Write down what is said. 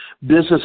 business